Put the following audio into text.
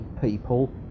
people